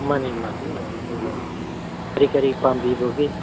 ꯃꯥꯅꯤ ꯃꯥꯅꯤ ꯃꯥꯅꯤ ꯍꯥꯏꯕꯤꯌꯨ ꯀꯔꯤ ꯀꯔꯤ ꯄꯥꯝꯕꯤꯕꯒꯦ